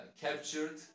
captured